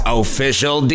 official